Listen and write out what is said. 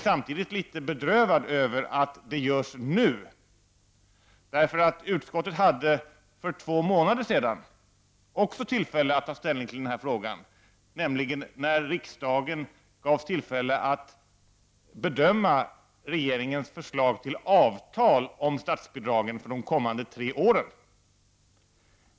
Samtidigt är jag litet bedrövad över att det görs nu, eftersom utskottet för två månader sedan också hade tillfälle att ta ställning till denna fråga, nämligen när riksdagen gavs tillfälle att bedöma regeringens förslag till avtal när det gäller statsbidrag för de kommande tre åren.